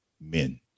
men